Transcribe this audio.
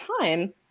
time